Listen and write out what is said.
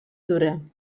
dura